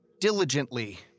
diligently